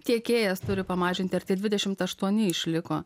tiekėjas turi pamažinti ar tie dvidešimt aštuoni išliko